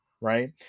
right